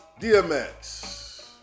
Dmx